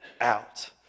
out